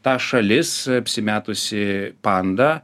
ta šalis apsimetusi panda